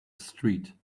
street